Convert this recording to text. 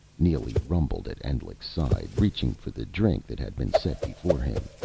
neely rumbled at endlich's side, reaching for the drink that had been set before him.